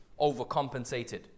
overcompensated